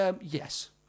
Yes